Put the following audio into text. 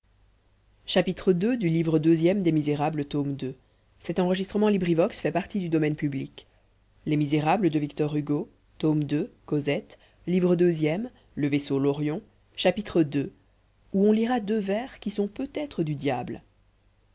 livre deuxième le lion chapitre ii où on lira deux vers qui sont peut-être du diable